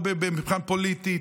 לא מבחינה פוליטית,